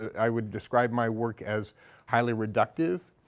i would describe my work as highly reductive,